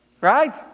right